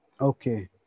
Okay